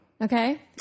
Okay